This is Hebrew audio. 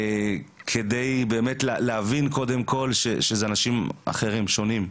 כדי באמת להבין קודם כל שאלה אנשים אחרים ושונים.